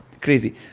Crazy